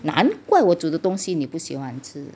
难怪我煮的东西你不喜欢吃